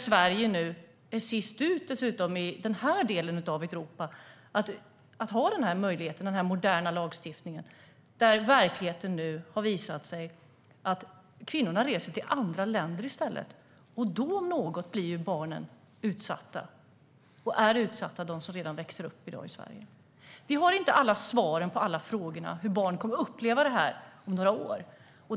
Sverige är nu sist ut i den här delen av Europa med att ha den här moderna lagstiftningen. Verkligheten har visat att kvinnorna reser till andra länder i stället, och då om något blir ju barnen utsatta. De som växer upp i dag i Sverige är utsatta. Vi har inte alla svar på frågorna om hur barnen kommer att uppleva det här om några år.